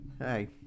Hey